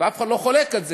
ואף אחד לא חולק על זה,